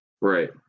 Right